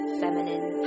feminine